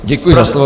Děkuji za slovo